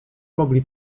mogli